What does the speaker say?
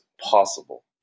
possible